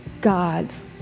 God's